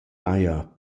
haja